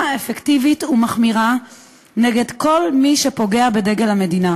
אפקטיבית ומחמירה נגד כל מי שפוגע בדגל המדינה,